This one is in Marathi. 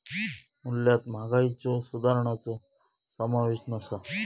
मूल्यात महागाईच्यो सुधारणांचो समावेश नसा